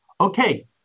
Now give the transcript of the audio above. Okay